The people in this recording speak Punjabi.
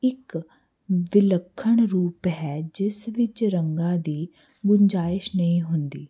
ਇੱਕ ਵਿਲੱਖਣ ਰੂਪ ਹੈ ਜਿਸ ਵਿੱਚ ਰੰਗਾਂ ਦੀ ਗੁੰਜਾਇਸ਼ ਨਹੀਂ ਹੁੰਦੀ